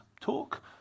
talk